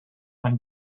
when